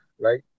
right